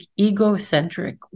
egocentric